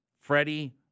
Freddie